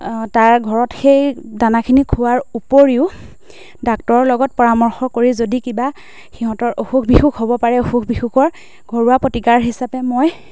তাৰ ঘৰত সেই দানাখিনি খোৱাৰ উপৰিও ডাক্তৰৰ লগত পৰামৰ্শ কৰি যদি কিবা সিহঁতৰ অসুখ বিসুখ হ'ব পাৰে অসুখ বিসুখৰ ঘৰুৱা প্ৰতিকাৰ হিচাপে মই